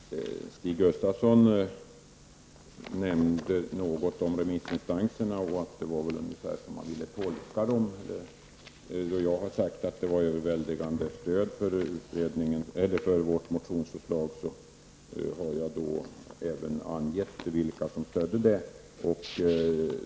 Fru talman! Stig Gustafsson nämnde något om remissinstanserna och hur han tolkar dem. Jag har sagt att det var ett överväldigande stöd för vårt motionsförslag, och jag har även angivit vilka som stött förslaget.